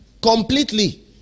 Completely